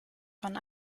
von